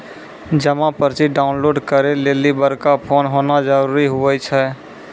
जमा पर्ची डाउनलोड करे लेली बड़का फोन होना जरूरी हुवै छै